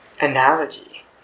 analogy